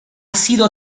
sido